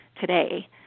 today